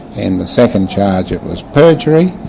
and the second charge it was perjury,